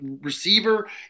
receiver